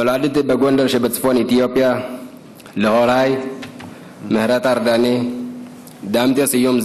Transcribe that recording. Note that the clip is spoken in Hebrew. נולדתי בגונדר שבצפון אתיופיה להוריי מהרטה ארדני ודמטה סיום,